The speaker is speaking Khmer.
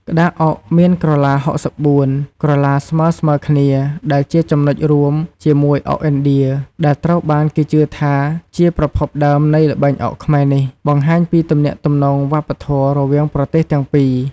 ក្តារអុកមានក្រឡា ៦៤ ក្រឡាស្មើៗគ្នា ដែលជាចំណុចរួមជាមួយអុកឥណ្ឌា ដែលត្រូវបានគេជឿថាជាប្រភពដើមនៃល្បែងអុកខ្មែរនេះ បង្ហាញពីទំនាក់ទំនងវប្បធម៌រវាងប្រទេសទាំងពីរ។